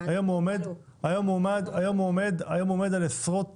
היום הוא עומד על עשרות